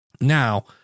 Now